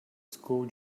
school